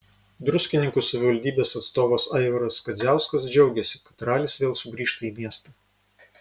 druskininkų savivaldybės atstovas aivaras kadziauskas džiaugėsi kad ralis vėl sugrįžta į miestą